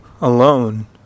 alone